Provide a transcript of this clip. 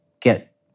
get